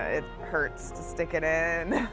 it hurts to stick it in.